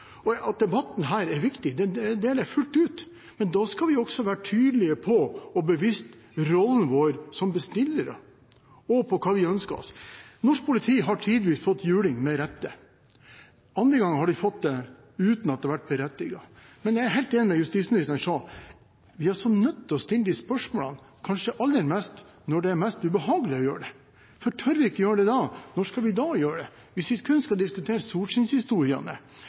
Debatten her er viktig, det er den fullt ut. Men da skal vi også være tydelige på og bevisst rollen vår som bestillere og på hva vi ønsker oss. Norsk politi har tidvis fått juling med rette. Andre ganger har de fått det uten at det har vært berettiget. Men jeg er helt enig i det justisministeren sa, at vi er nødt til å stille spørsmålene kanskje aller mest når det er mest ubehagelig å gjøre det. Tør vi ikke å gjøre det da, når skal vi da gjøre det? Hvis vi kun skal diskutere